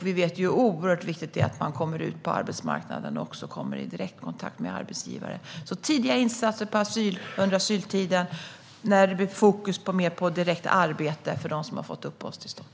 Vi vet hur oerhört viktigt det är att komma ut på arbetsmarknaden och få direktkontakt med arbetsgivare och att det blir tidiga insatser under asyltiden och mer fokus på direkt arbete för dem som har fått uppehållstillstånd.